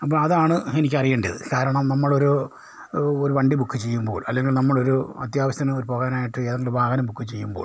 അപ്പം അതാണ് എനിക്കറിയേണ്ടിയത് കാരണം നമ്മളൊരു ഒരു വണ്ടി ബുക്ക് ചെയ്യുമ്പോൾ അല്ലങ്കിൽ നമ്മളൊരു അത്യാവശ്യത്തിന് ഒരു പോകാനായിട്ട് ഏതെങ്കിലും വാഹനം ബുക്ക് ചെയ്യുമ്പോൾ